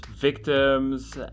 victims